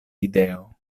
ideo